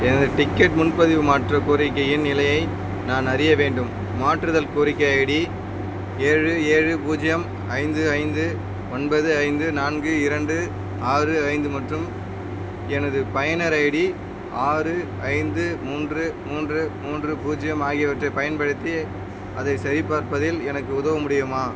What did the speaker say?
எனது டிக்கெட் முன்பதிவு மாற்ற கோரிக்கையின் நிலையை நான் அறிய வேண்டும் மாற்றுதல் கோரிக்கை ஐடி ஏழு ஏழு பூஜ்ஜியம் ஐந்து ஐந்து ஒன்பது ஐந்து நான்கு இரண்டு ஆறு ஐந்து மற்றும் எனது பயனர் ஐடி ஆறு ஐந்து மூன்று மூன்று மூன்று பூஜ்ஜியம் ஆகியவற்றைப் பயன்படுத்தி அதைச் சரிபார்ப்பதில் எனக்கு உதவ முடியுமா